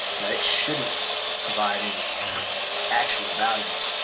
now it shouldn't provide any actual values,